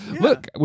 look